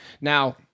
Now